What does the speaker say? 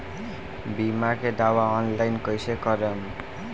बीमा के दावा ऑनलाइन कैसे करेम?